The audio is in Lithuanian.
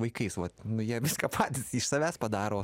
vaikais vat nu jie viską patys iš savęs padaro